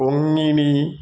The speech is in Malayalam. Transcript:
കൊങ്ങിണി